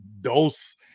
dos